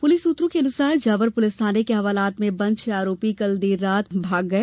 police सूत्रों के अनुसार जावर पुलिस थाने के हवालात में बंद छह आरोपी कल देर रात पुलिस को बंद कर भाग गए